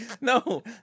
No